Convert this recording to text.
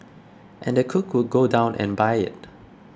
and the cook would go down and buy it